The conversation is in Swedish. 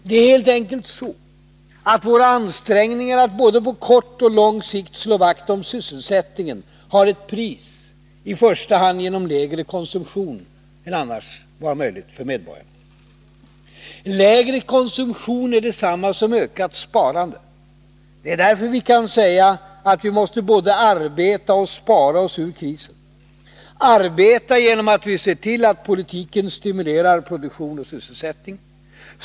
Det är helt enkelt så, att våra ansträngningar att på både kort och lång sikt slå vakt om sysselsättningen har ett pris, i första hand genom lägre konsumtion för medborgarna. Lägre konsumtion är detsamma som ökat sparande. Det är därför vi kan säga att vi måste både arbeta och spara oss ur krisen. Arbeta — genom att vi ser till att politiken stimulerar produktion och sysselsättning.